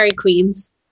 Queens